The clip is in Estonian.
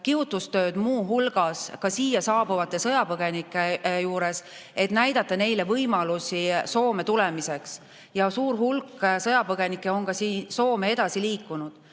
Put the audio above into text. kihutustööd muu hulgas ka siia saabuvate sõjapõgenike seas, et näidata neile võimalusi Soome tulemiseks. Ja suur hulk sõjapõgenikke ongi Soome edasi liikunud.